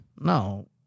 No